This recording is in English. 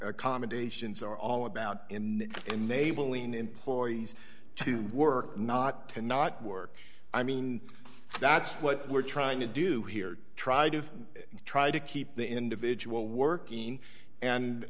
accommodations are all about enabling employees to work not to not work i mean that's what we're trying to do here try to try to keep the individual working and